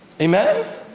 Amen